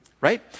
right